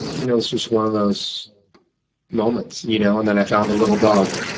and it was just one of those moments. you know and then i found a little dog.